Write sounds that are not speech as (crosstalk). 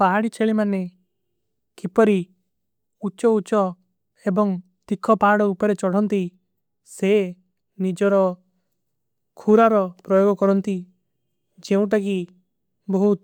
ପାହାଡୀ ଚେଲୀ ମାନେ କିପରୀ ଉଚ୍ଚ ଉଚ୍ଚ ଏବଂଗ ତିକ୍ଖ ପାହାଡ। ଉପରେ ଚଡନତୀ ସେ ନିଜର ଖୁରାର ପ୍ରଯାଗ କରନତୀ ଜେଵଂ ତକୀ। (hesitation) ବହୁତ